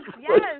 yes